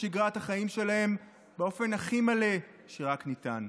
שגרת החיים שלהם באופן הכי מלא שרק ניתן.